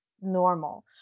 normal